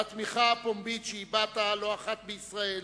על התמיכה הפומבית שהבעת לא אחת בישראל